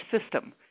system